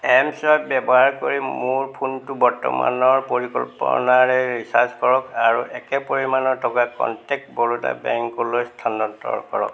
M চাইপ ব্যৱহাৰ কৰি মোৰ ফোনটো বৰ্তমানৰ পৰিকল্পনাৰে ৰিচাৰ্জ কৰক আৰু একে পৰিমাণৰ টকা কনটেক্ট বৰোদা বেংকলৈ স্থানান্তৰ কৰক